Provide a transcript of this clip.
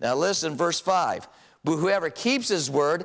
now listen verse five whoever keeps his word